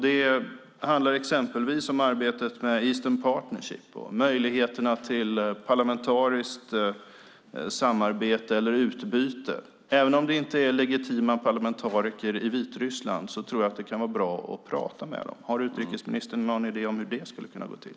Det handlar exempelvis om arbetet i det Östliga partnerskapet och möjligheterna till parlamentariskt samarbete eller utbyte. Även om det inte är legitima parlamentariker i Vitryssland tror jag att det kan vara bra att prata med dem. Har utrikesministern någon idé om hur det skulle kunna gå till?